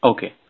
Okay